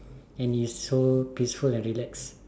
and it's so peaceful and relax